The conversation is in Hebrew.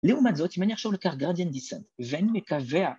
לעומת זאת, אם אני עכשיו אקח gradient descent, ואני מקבע